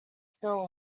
still